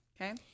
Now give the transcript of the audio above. Okay